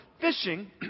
fishing